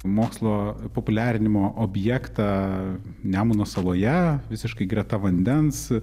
mokslo populiarinimo objektą nemuno saloje visiškai greta vandens